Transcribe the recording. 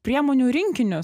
priemonių rinkinius